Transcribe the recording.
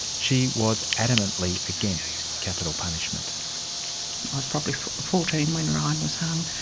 she was adamantly against capital punishment. i was probably fourteen when ryan was hung,